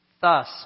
Thus